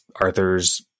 Arthur's